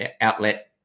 outlet